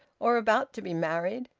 or about to be married.